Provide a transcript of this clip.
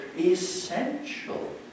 essential